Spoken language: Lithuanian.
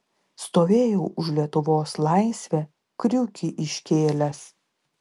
stovėjau už lietuvos laisvę kriukį iškėlęs